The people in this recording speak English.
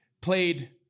played